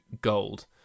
gold